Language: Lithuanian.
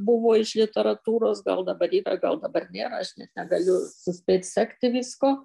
buvo iš literatūros gal dabar yra gal dabar nėra aš net negaliu suspėt sekti visko